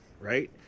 right